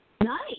Nice